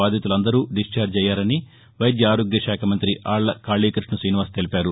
బాధితులందరూ దిశ్చార్జయ్యారని వైద్య ఆరోగ్య శాఖ మంతి ఆళ్ల కాళీకృష్ణ శ్రీనివాస్ తెలిపారు